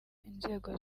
inzego